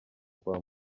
kwa